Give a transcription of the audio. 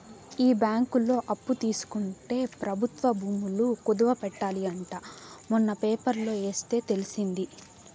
ఈ బ్యాంకులో అప్పు తీసుకుంటే ప్రభుత్వ భూములు కుదవ పెట్టాలి అంట మొన్న పేపర్లో ఎస్తే తెలిసింది